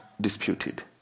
disputed